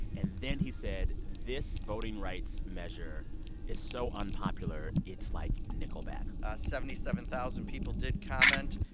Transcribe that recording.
and then he said, this voting rights measure is so unpopular, it's like nickelback seventy-seven-thousand people did comment.